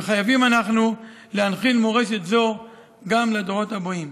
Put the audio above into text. וחייבים אנחנו להנחיל מורשת זו גם לדורות הבאים.